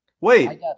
Wait